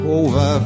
over